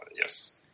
Yes